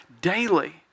daily